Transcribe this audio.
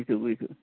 বুজিছোঁ বুজিছোঁ